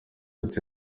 ati